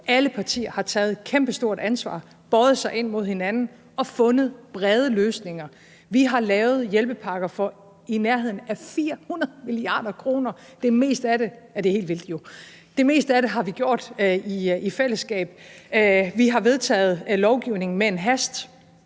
alle partier har taget et kæmpestort ansvar, bøjet sig ind mod hinanden og fundet brede løsninger. Vi har lavet hjælpepakker for i nærheden af 400 mia. kr. – ja, det er jo helt vildt. Det meste af det har vi gjort i fællesskab. Vi har vedtaget lovgivning med en hast